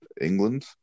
England